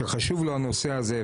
שחשוב לו הנושא הזה,